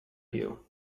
you